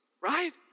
Right